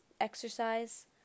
exercise